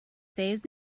saves